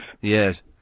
Yes